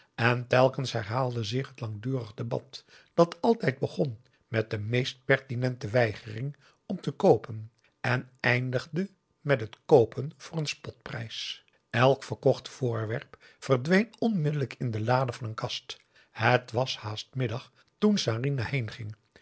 en telkens herhaalde zich het langdurig debat dat altijd begon met de meest pertinente weigering om te koopen en eindigde met het koopen voor een spotprijs elk verkocht voorwerp verdween onmiddellijk in de lade van een kast het was haast middag toen